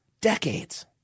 Decades